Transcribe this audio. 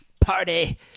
party